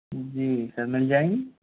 जी sir मिल जाएगी